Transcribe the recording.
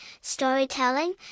storytelling